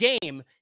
game